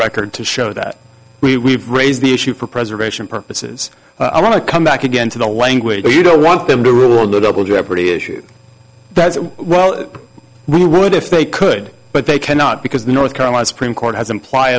record to show that we raised the issue for preservation purposes i want to come back again to the language so you don't want them to rule the double jeopardy issue that's what we would if they could but they cannot because the north carolina supreme court has imply